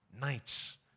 nights